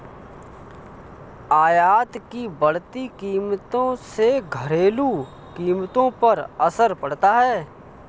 आयात की बढ़ती कीमतों से घरेलू कीमतों पर असर पड़ता है